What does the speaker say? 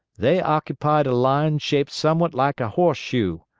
they occupied a line shaped somewhat like a horseshoe.